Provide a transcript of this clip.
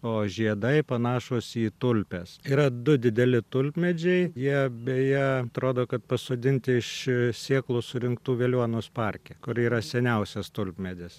o žiedai panašūs į tulpes yra du dideli tulpmedžiai jie beje atrodo kad pasodinti iš sėklų surinktų veliuonos parke kur yra seniausias tulpmedis